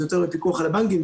זה יותר בפיקוח על הבנקים.